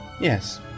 yes